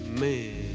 man